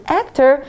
actor